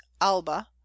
alba